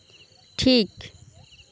ঠিক